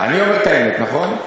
אני אומר את האמת, נכון.